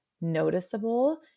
noticeable